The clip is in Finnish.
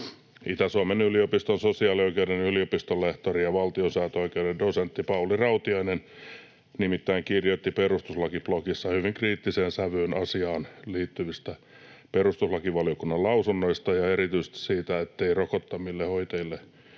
Itä-Suomen yliopiston sosiaalioikeuden yliopistonlehtori ja valtiosääntöoikeuden dosentti Pauli Rautiainen nimittäin kirjoitti Perustuslakiblogissa hyvin kriittiseen sävyyn asiaan liittyvistä perustuslakivaliokunnan lausunnoista ja erityisesti siitä, ettei rokottamattomille hoitajille